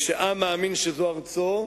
כשעם מאמין שזו ארצו,